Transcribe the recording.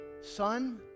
Son